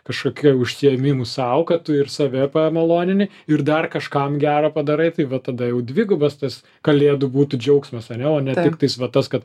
kažkokiu užsiėmimu sau kad tu ir save pamalonini ir dar kažkam gero padarai tai va tada jau dvigubas tas kalėdų būtų džiaugsmas ane o ne tiktais va tas kad